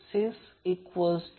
64 j 0